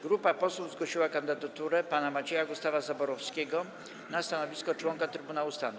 Grupa posłów zgłosiła kandydaturę pana Macieja Gustawa Zaborowskiego na stanowisko członka Trybunału Stanu.